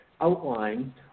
outline